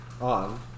On